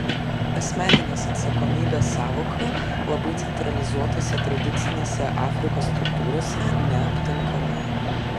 asmeninės atsakomybės sąvoka labai centralizuotose tradicinėse afrikos struktūrose neaptinkama